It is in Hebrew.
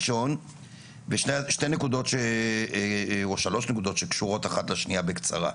שתיים או שלוש נקודות שקשורות אחת לשנייה בקצרה.